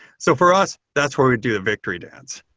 so for us, that's where we do a victory dance.